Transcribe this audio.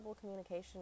communication